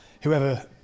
whoever